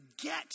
get